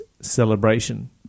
celebration